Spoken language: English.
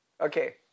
Okay